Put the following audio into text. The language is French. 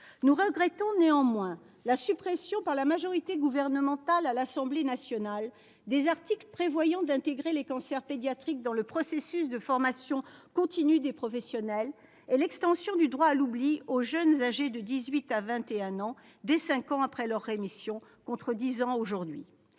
Nous regrettons néanmoins la suppression par la majorité gouvernementale, à l'Assemblée nationale, des articles prévoyant d'intégrer les cancers pédiatriques dans le processus de formation continue des professionnels et d'étendre le droit à l'oubli aux jeunes âgés de dix-huit ans à vingt et un ans, cinq ans après leur rémission contre dix ans aujourd'hui.